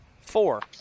Four